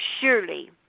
Surely